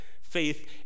faith